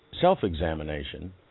self-examination